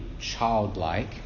childlike